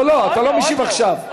לא, אתה לא משיב עכשיו.